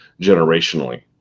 generationally